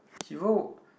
hero